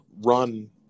run